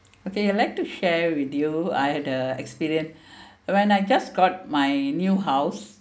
okay I like to share with you I had the experience when I just got my new house